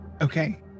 Okay